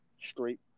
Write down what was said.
straight